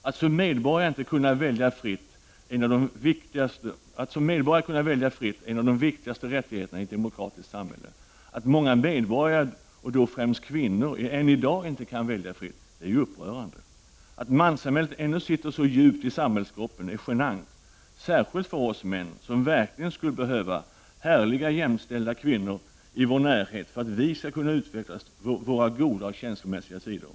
Att som medborgare kunna välja fritt är en av de viktigaste rättigheterna i ett demokratiskt samhälle. Att många medborgare, och då främst kvinnor, ännu i dag inte kan välja fritt är upprörande. Att manssamhället ännu sitter så djupt i samhällskroppen är genant — särskilt för oss män som verkligen skulle behöva härliga, jämställda kvinnor i vår närhet för att vi skall kunna utveckla våra goda och känslomässiga sidor.